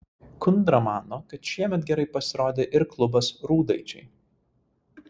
kundra mano kad šiemet gerai pasirodė ir klubas rūdaičiai